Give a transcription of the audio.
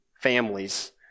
families